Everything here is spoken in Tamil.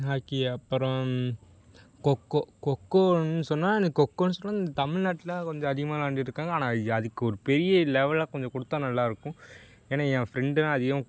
ஹாக்கி அப்புறம் கொக்கோ கொக்கோனு சொன்னால் எனக்கு கொக்கோனு சொன்னால் இந்த தமிழ்நாட்டில கொஞ்ச அதிகமாக விளாண்டுட்டுருக்காங்க ஆனால் யா அதுக்கு ஒரு பெரிய லெவல்லாக கொஞ்சம் குடுத்தால் நல்லா இருக்கும் ஏன்னா என் ஃப்ரெண்டு அதையும்